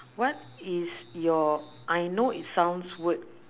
what is your I know it sounds weird